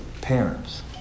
parents